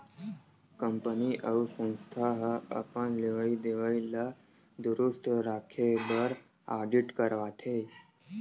company अउ संस्था ह अपन लेवई देवई ल दुरूस्त राखे बर आडिट करवाथे